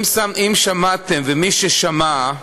אם שמעתם, מי ששמע,